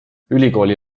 ülikooli